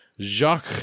jacques